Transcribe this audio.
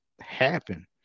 happen